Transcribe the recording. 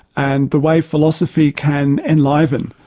and the way philosophy can enliven,